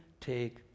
take